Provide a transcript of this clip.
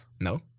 No